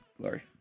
Glory